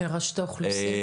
לרשות האוכלוסין.